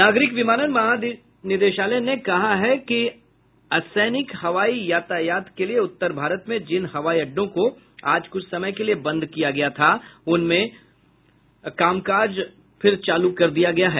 नागरिक विमानन महानिदेशालय ने कहा है कि असैनिक हवाई यातायात के लिए उत्तर भारत में जिन हवाई अड्डों को आज कुछ समय के लिए बंद किया गया था उनमें फिर चालू कर दिया है